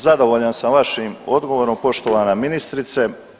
Zadovoljan sam vašim odgovorom poštovana ministrice.